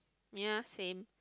ya same